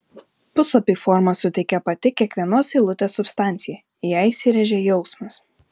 puslapiui formą suteikė pati kiekvienos eilutės substancija į ją įsirėžė jausmas